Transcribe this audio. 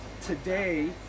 Today